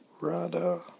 Rada